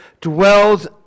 dwells